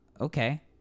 okay